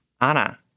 Anna